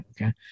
Okay